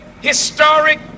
historic